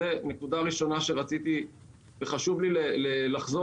זאת נקודה ראשונה שרציתי להעיר וחשוב לי לחזור